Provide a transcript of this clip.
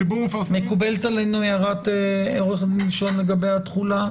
מקובלת עלינו הערת עורך הדין דישון לגבי התחולה?